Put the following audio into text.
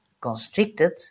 constricted